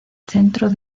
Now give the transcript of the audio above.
centro